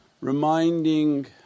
reminding